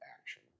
action